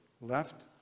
left